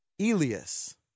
Elias